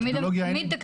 תמיד יש מקורי.